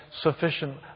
sufficient